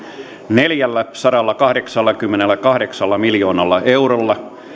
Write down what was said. neljälläsadallakahdeksallakymmenelläkahdeksalla miljoonalla eurolla